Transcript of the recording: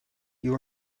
you